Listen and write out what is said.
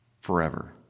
forever